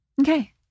okay